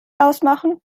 ausmachen